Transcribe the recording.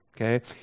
Okay